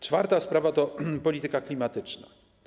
Czwarta sprawa to polityka klimatyczna.